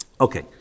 Okay